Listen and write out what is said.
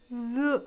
زٕ